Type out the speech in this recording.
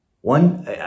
one